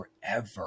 forever